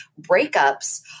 breakups